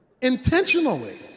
intentionally